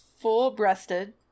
Full-breasted